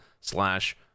slash